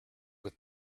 with